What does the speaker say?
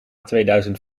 tweeduizend